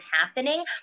happening